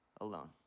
alone